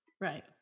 Right